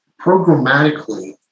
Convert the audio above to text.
programmatically